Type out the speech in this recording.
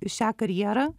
šią karjerą